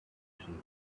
trees